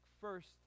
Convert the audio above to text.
first